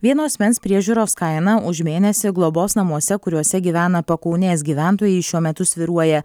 vieno asmens priežiūros kaina už mėnesį globos namuose kuriuose gyvena pakaunės gyventojai šiuo metu svyruoja